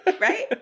right